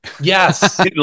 Yes